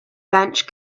bench